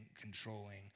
controlling